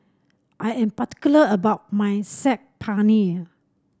I am particular about my Saag Paneer